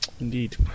Indeed